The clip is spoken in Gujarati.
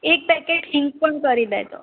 એક પૅકેટ હિંગ પણ કરી દેજો